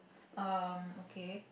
um okay